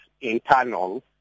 internal